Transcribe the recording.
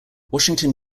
washington